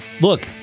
Look